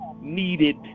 needed